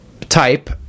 type